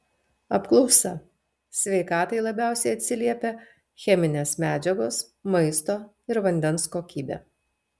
apklausa sveikatai labiausiai atsiliepia cheminės medžiagos maisto ir vandens kokybė